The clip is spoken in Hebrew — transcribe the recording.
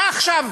מה עכשיו